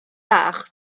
bach